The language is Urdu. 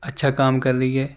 اچھا کام کر رہی ہے